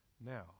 Now